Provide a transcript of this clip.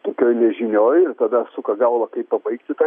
tokioj nežinioj ir tada suka galvą kaip pabaigti tą